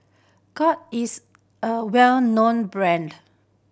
Cott is a well known brand